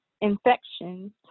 Infections